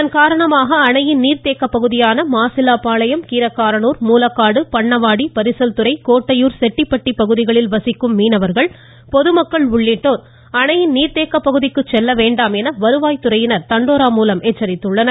இதன்காரணமாக அணையின் நீர்தேக்கப்பகுதியான மாசில்லாப்பாளையம் கீரக்காரனூர் மூலக்காடு பண்ணவாடி பரிசல்துறை கோட்டையூர் செட்டிப்பட்டி பகுதிகளில் வசிக்கும் மீனவர்கள் பொதுமக்கள் உள்ளிட்டோர் அணை நீர்த்தேக்கப்பகுதிக்கு செல்ல வேண்டாம் என வருவாய் துறையினர் தண்டோரா மூலம் எச்சரித்து வருகின்றனர்